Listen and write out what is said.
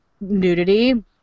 nudity